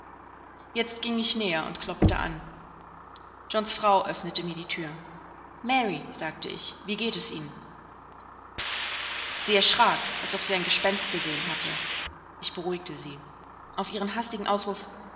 jetzt ging ich näher und klopfte an johns frau öffnete mir die thür mary sagte ich wie geht es ihnen sie erschrak als ob sie ein gespenst gesehen hätte ich beruhigte sie auf ihren hastigen ausruf